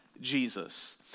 Jesus